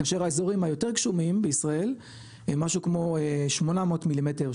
כאשר האזורים היותר גשומים בישראל משהו כמו 800 מילימטר,